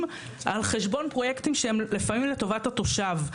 על חשבון פרויקטים שהם לפעמים לטובת התושב.